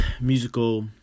musical